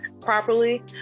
properly